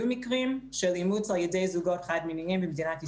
מקרים של אימוץ על-ידי זוגות חד-מיניים במדינת ישראל.